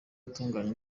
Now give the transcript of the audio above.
utunganya